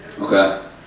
Okay